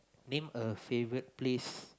name a favourite place